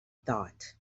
thought